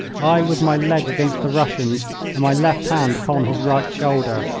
i with my leg against the russian's and my left hand upon his right shoulder.